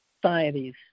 societies